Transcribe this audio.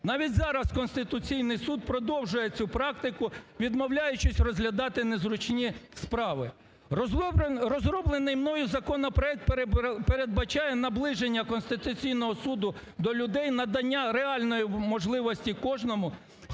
навіть зараз Конституційний Суд продовжує цю практику, відмовляючись розглядати незручні справи. Розроблений мною законопроект передбачає наближення Конституційного Суду до людей, надання реальної можливості кожному,